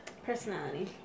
Personality